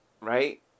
Right